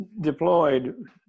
deployed